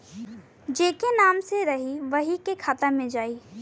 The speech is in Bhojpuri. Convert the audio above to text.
जेके नाम से रही वही के खाता मे जाई